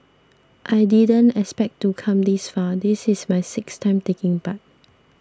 I didn't expect to come this far this is my sixth time taking part